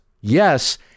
yes